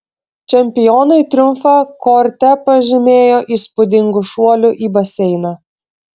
čempionai triumfą korte pažymėjo įspūdingu šuoliu į baseiną